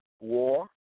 war